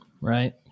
Right